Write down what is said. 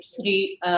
three